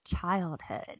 childhood